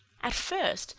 at first,